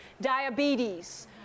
diabetes